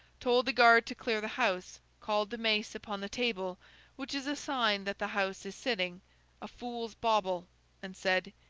told the guard to clear the house, called the mace upon the table which is a sign that the house is sitting a fool's bauble and said,